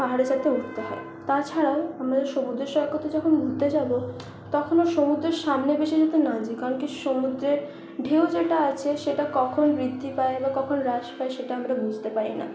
পাহাড়ে যাতে উঠতে হয় তাছাড়াও আমরা সমুদ্র সৈকতে যখন ঘুরতে যাব তখনও সমুদ্রের সামনে বেশি যাতে না যাই কারণ কি সমুদ্রের ঢেউ যেটা আছে সেটা কখন বৃদ্ধি পায় বা কখন হ্রাস পায় সেটা আমরা বুঝতে পারি না